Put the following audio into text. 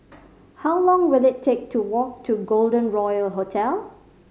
how long will it take to walk to Golden Royal Hotel